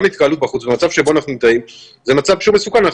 גם התקהלות בחוץ במצב שבו אנחנו נמצאים זה מצב מסוכן,